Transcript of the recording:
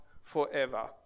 forever